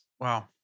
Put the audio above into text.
Wow